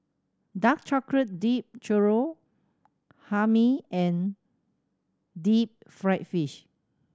dark chocolate dipped churro Hae Mee and deep fried fish